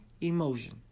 emotion